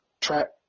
track